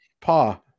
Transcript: Pa